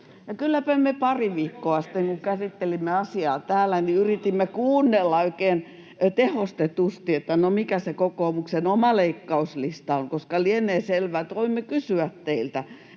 Kylläpä me pari viikkoa sitten, kun käsittelimme asiaa täällä, yritimme kuunnella oikein tehostetusti, että no, mikä se kokoomuksen oma leikkauslista on, koska lienee selvää, että voimme kysyä teiltä,